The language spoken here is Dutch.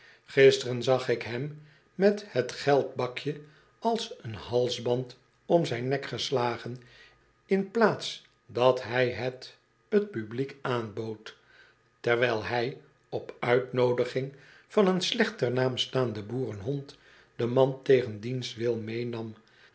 zag ik hem met het geldbakje als een halsband om zijn nek geslagen in plaats dat hij het t publiek aanbood terwijl hij op ultnoodiging van een slecht ter naam staanden boerenhond den man tegen diens wil meenam